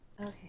Okay